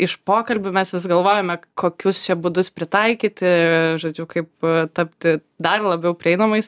iš pokalbių mes vis galvojome kokius čia būdus pritaikyti žodžiu kaip tapti dar labiau prieinamais